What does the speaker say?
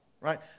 right